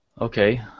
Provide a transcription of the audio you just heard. okay